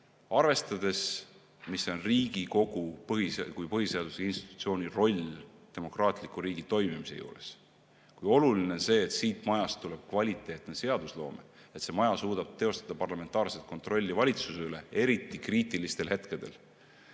Arvestades, milline on Riigikogu kui põhiseadusliku institutsiooni roll demokraatliku riigi toimimises ja kui oluline on see, et siit majast tuleks kvaliteetne seadusloome ja et see maja suudaks teostada parlamentaarset kontrolli valitsuse üle, eriti kriitilistel hetkedel,